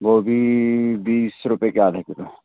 गोभी बीस रुपए के आधा किलो